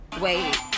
Wait